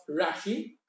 Rashi